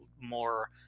more